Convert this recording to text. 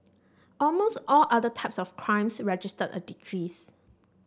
almost all other types of crimes registered a decrease